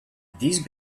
these